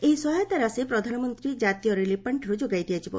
ଏହି ସହାୟତା ରାଶି ପ୍ରଧାନମନ୍ତ୍ରୀ ଜାତୀୟ ରିଲିଫ ପାର୍ଷିରୁ ଯୋଗାଇ ଦିଆଯିବ